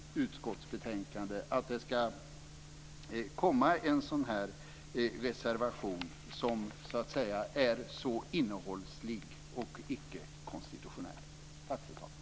Därför menar jag att det är synd att det ska komma en sådan här reservation som är så innehållslig och icke-konstitutionell.